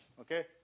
okay